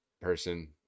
person